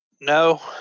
No